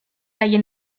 haien